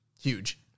Huge